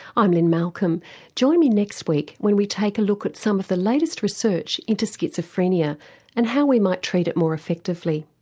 i'm lynne malcolm join me next week when we take a look at some of the latest research into schizophrenia and how we might treat it more effectively.